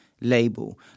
label